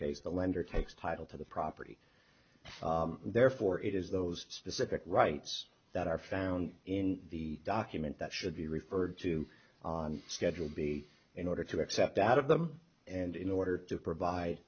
case the lender takes title to the property therefore it is those specific rights that are found in the document that should be referred to on schedule be in order to accept out of them and in order to provide